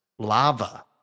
Lava